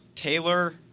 Taylor